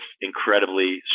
incredibly